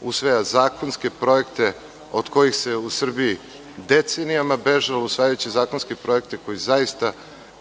usvaja zakonske projekte od kojih se u Srbiji decenijama bežalo usvajajući zakonske projekte koji zaista